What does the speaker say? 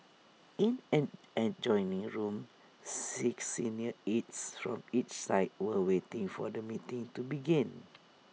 in an adjoining room six senior aides from each side were waiting for the meeting to begin